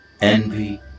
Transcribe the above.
Envy